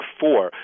four